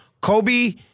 Kobe